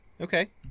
Okay